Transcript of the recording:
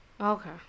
Okay